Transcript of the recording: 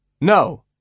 No